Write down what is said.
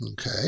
Okay